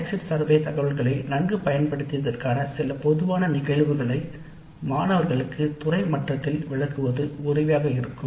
exit survey கணக்கெடுப்பு தரவை நன்கு பயன்படுத்துவதற்கான சில பொதுவான நிகழ்வுகள் இருந்தால் அது மிகவும் உதவியாக இருக்கும்